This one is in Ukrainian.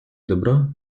добра